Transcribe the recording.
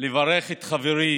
לברך את חברי